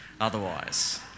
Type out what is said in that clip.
otherwise